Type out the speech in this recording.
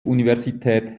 universität